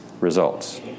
results